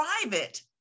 private